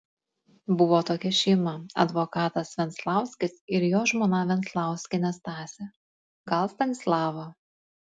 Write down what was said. buvo tokia šeima advokatas venclauskis ir jo žmona venclauskienė stasė gal stanislava